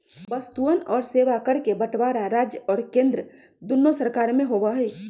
वस्तुअन और सेवा कर के बंटवारा राज्य और केंद्र दुन्नो सरकार में होबा हई